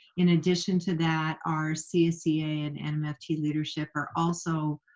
in addition to that, our csea and and nmft leadership are also